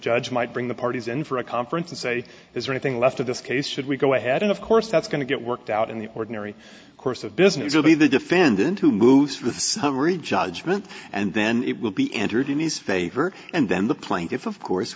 judge might bring the parties in for a conference and say is there anything left of this case should we go ahead and of course that's going to get worked out in the ordinary course of business will be the defendant who moves for the summary judgment and then it will be entered in his favor and then the plaintiff of course